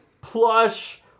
plush